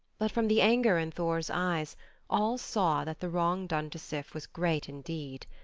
but from the anger in thor's eyes all saw that the wrong done to sif was great indeed.